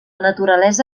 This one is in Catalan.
naturalesa